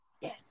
Yes